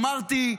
אמרתי: